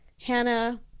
Hannah